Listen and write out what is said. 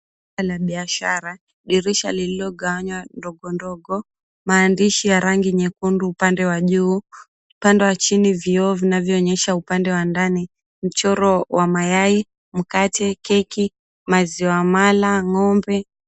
La biashara. Dirisha lililogawanywa ndogo ndogo. Maandishi ya rangi nyekundu upande wa juu, upande wa chini vioo vinavyoonyesha upande wa ndani. Mchoro wa mayai, mkate, keki, maziwa mala, ng'ombe.